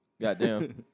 Goddamn